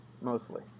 mostly